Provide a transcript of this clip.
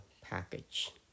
package